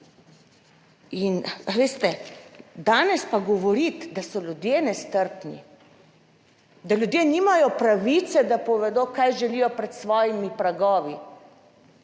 a veste, danes pa govoriti, da so ljudje nestrpni, da ljudje nimajo pravice, da povedo, kaj želijo pred svojimi pragovi,